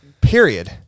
period